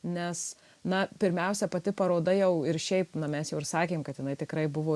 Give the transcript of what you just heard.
nes na pirmiausia pati paroda jau ir šiaip na mes jau ir sakėm kad jinai tikrai buvo